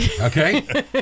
Okay